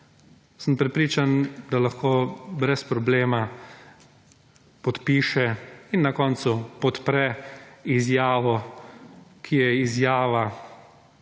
sem prepričan, da lahko brez problema podpiše in na koncu podpre izjavo, ki je izjava